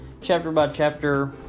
chapter-by-chapter